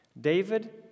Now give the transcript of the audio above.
David